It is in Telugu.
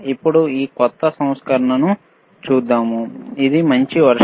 ఇప్పుడు ఈ క్రొత్త సంస్కరణను చూద్దాం ఇది మంచి వెర్షన్